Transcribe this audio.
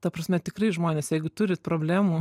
ta prasme tikrai žmonės jeigu turit problemų